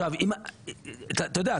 אתה יודע,